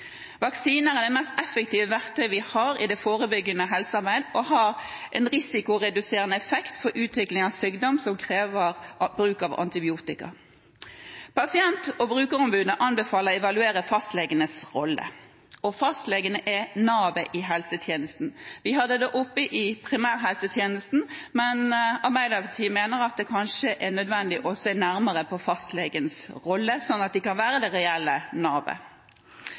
Vaksiner er det mest effektive verktøyet vi har i det forebyggende helsearbeidet, og de har en risikoreduserende effekt for utvikling av sykdom som krever bruk av antibiotika. Pasient- og brukerombudene anbefaler å evaluere fastlegenes rolle. Fastlegene er navet i helsetjenesten. Vi hadde det oppe ved behandlingen av primærhelsemeldingen. Arbeiderpartiet mener at det kanskje er nødvendig å se nærmere på fastlegens rolle, sånn at de kan være det reelle navet.